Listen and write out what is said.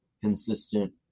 consistent